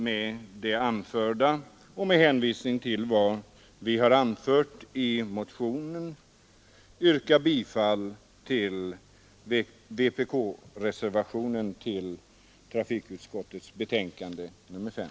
Med det anförda och med hänvisning till vad vi sagt i motionen vill jag yrka bifall till vpk-reservationen vid trafikutskottets betänkande nr 5.